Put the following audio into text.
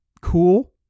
cool